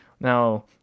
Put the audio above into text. Now